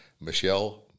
Michelle